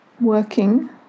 working